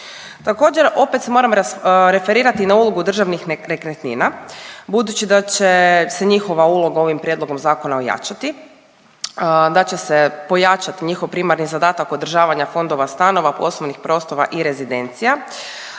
Također, opet se moram referirati na ulogu državnih nekretnina budući da će se njihova uloga ovim prijedlogom zakona ojačati, da će se pojačati njihov primarni zadatak održavanja fondova stanova, poslovnih prostora i rezidencija,